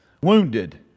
Wounded